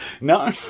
no